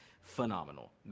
phenomenal